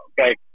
okay